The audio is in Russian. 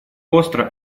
остро